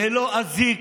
ללא אזיק,